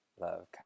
love